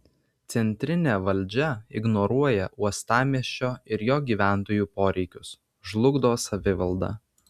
centrinė valdžia ignoruoja uostamiesčio ir jo gyventojų poreikius žlugdo savivaldą